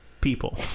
People